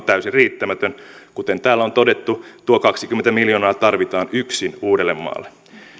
täysin riittämätön kuten täällä on todettu tuo kaksikymmentä miljoonaa tarvitaan yksin uudellemaalle